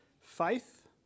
faith